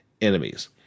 enemies